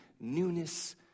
newness